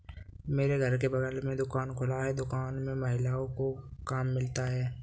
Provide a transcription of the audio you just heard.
मेरे घर के बगल में दुकान खुला है दुकान में महिलाओं को काम मिलता है